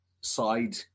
side